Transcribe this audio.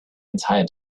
entire